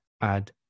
add